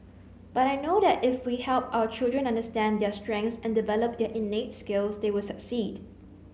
but I know that if we help our children understand their strengths and develop their innate skills they will succeed